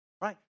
right